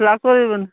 ꯂꯥꯛꯇꯧꯔꯤꯕꯅꯤ